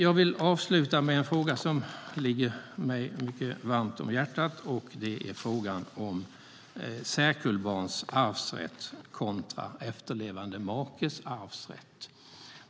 Jag vill ta upp en fråga som ligger mig mycket varmt om hjärtat, och det är frågan om särkullbarns arvsrätt kontra efterlevande makes arvsrätt.